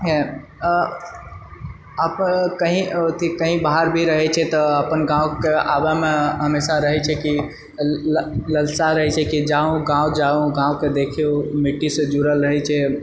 कही बाहर भी रहे छै तऽ गांँवके आबएमे हमेशा रहए छै कि लालसा रहए छै कि गांँव जाउ गांँवके देखु मिट्टीसँ जुड़ल रहए छै